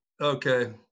Okay